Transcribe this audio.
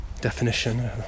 definition